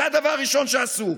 זה הדבר הראשון שעשו.